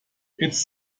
its